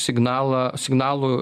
signalą signalų